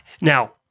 Now